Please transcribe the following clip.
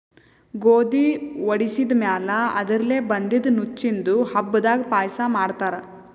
ಗೋಧಿ ವಡಿಸಿದ್ ಮ್ಯಾಲ್ ಅದರ್ಲೆ ಬಂದಿದ್ದ ನುಚ್ಚಿಂದು ಹಬ್ಬದಾಗ್ ಪಾಯಸ ಮಾಡ್ತಾರ್